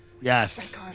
Yes